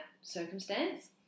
circumstance